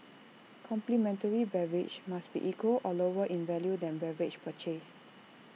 complimentary beverage must be equal or lower in value than beverage purchased